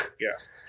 Yes